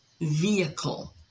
vehicle